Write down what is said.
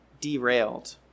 derailed